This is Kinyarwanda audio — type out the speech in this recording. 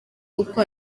uko